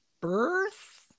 birth